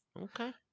Okay